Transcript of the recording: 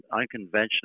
unconventional